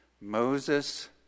Moses